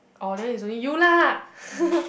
oh then it's only you lah